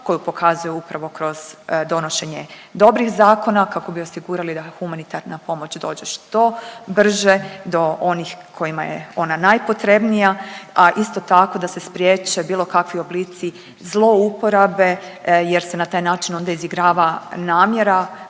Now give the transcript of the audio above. koju pokazuje upravo kroz donošenje dobrih zakona kako bi osigurali da humanitarna pomoć dođe što brže do onih kojima je ona najpotrebnija, a isto tako da se spriječe bilo kakvi oblici zlouporabe jer se na taj način onda izigrava namjera